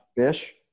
fish